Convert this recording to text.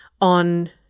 on